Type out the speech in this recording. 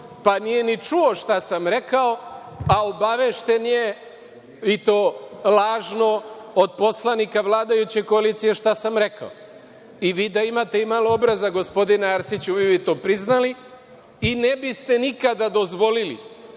pa nije ni čuo šta sam rekao, a obavešten je, i to lažno, od poslanika vladajuće koalicije šta sam rekao. Vi da imate i malo obraza, gospodine Arsiću, vi bi to priznali i ne biste nikada dozvolili